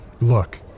Look